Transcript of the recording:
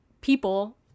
people